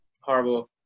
horrible